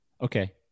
Okay